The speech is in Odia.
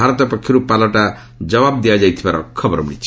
ଭାରତ ପକ୍ଷରୁ ପାଲଟା ଜବାବ ଦିଆଯାଇଥିବାର ଖବର ମିଳିଛି